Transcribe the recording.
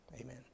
Amen